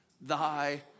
thy